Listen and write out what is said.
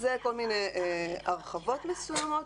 זה כל מיני הרחבות מסוימות,